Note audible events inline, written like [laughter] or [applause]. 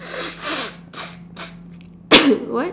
[noise] [coughs] what